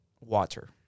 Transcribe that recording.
water